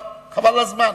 חבל על הזמן.